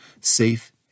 safe